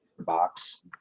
box